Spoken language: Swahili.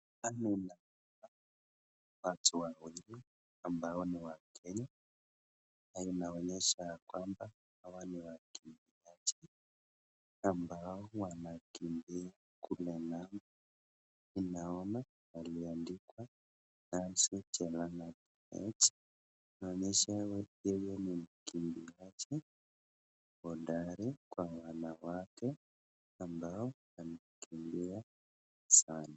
Tunaona watu wengi ambao ni wa Kenya. inaonyesha kwamba hawa ni wakimbiaji ambao wanakimbia 10. ninaona aliandikwa na suti ya H. inaonyesha wakiwa ni wakimbiaji hodari kwa wanawake ambao wanakimbia sana.